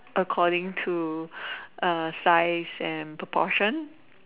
according to size and proportion